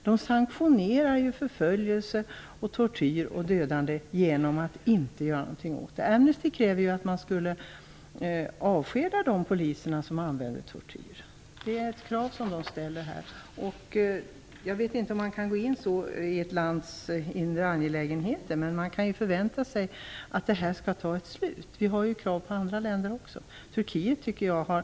De sanktionerar förföljelse, tortyr och dödande genom att inte göra någonting åt det. Amnesty kräver att man skall avskeda de poliser som använder tortyr. Det är ett krav som Amnesty ställer. Jag vet inte om man på det sättet kan gå in i ett lands inre angelägenheter. Men man kan förvänta sig att det skall ta slut. Vi har ju krav också på andra länder.